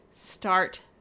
start